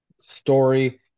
story